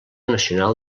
nacional